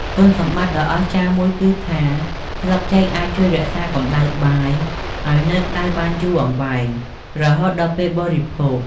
គុណសម្បត្តិដ៏អស្ចារ្យមួយគឺថា ស្លឹកចេកអាចជួយ រក្សាកម្តៅបាយ ឱ្យនៅក្តៅបានយូរអង្វែង រហូតដល់ពេលបរិភោគ។